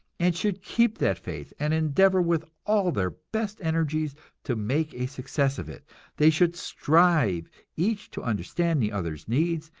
and should keep that faith, and endeavor with all their best energies to make a success of it they should strive each to understand the other's needs,